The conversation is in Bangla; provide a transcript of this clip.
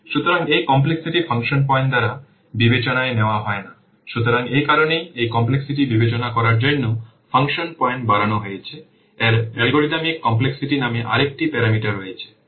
সুতরাং এই কমপ্লেক্সিটি ফাংশন পয়েন্ট দ্বারা বিবেচনায় নেওয়া হয় না সুতরাং এই কারণেই এই কমপ্লেক্সিটি বিবেচনা করার জন্য ফাংশন পয়েন্ট বাড়ানো হয়েছে এর অ্যালগরিদমিক কমপ্লেক্সিটি নামে আরেকটি প্যারামিটার রয়েছে